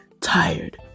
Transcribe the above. tired